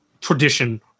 tradition